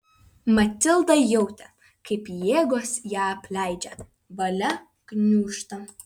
matilda jautė kaip jėgos ją apleidžia valia gniūžta